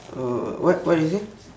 oh what what did you say